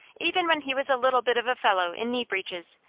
even when he was a little bit of a fellow in knee breeches,